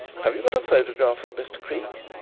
have you got a photograph of mr. creake?